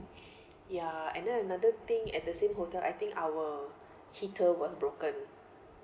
ya and then another thing at the same hotel I think our heater was broken